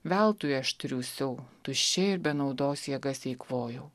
veltui aš triūsiau tuščiai ir be naudos jėgas eikvojau